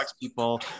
people